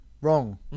Wrong